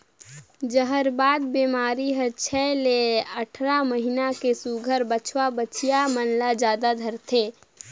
जहरबाद बेमारी हर छै ले अठारह महीना के सुग्घर बछवा बछिया मन ल जादा धरथे